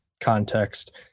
context